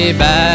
back